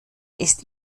ist